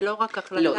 זה לא רק החלטה --- לא,